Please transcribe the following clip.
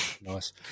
Nice